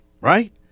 right